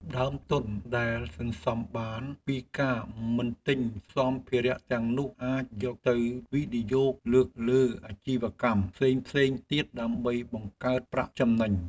ដើមទុនដែលសន្សំបានពីការមិនទិញសម្ភារទាំងនោះអាចយកទៅវិនិយោគលើអាជីវកម្មផ្សេងទៀតដើម្បីបង្កើតប្រាក់ចំណេញ។